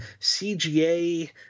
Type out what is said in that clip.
cga